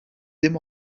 dim